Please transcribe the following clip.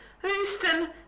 Houston